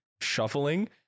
shuffling